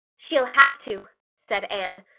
she'll have to, said anne.